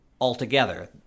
altogether